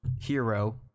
hero